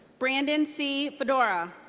brandon c. fedoriw.